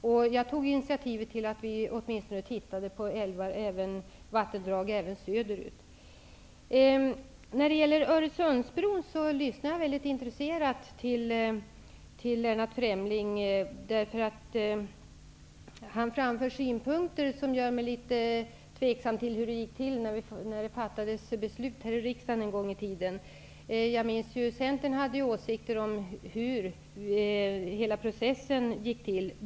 Jag har också tagit initiativ till att vi åtminstone beaktar vattendrag även söderut. När det gäller Öresundsbron lyssnade jag väldigt intresserat till Lennart Fremling, därför att han framför synpunkter som gör mig litet tveksam till hur det gick till när beslutet en gång i tiden fattades här i riksdagen. Jag minns att Centern då hade åsikter om hur processen gick till.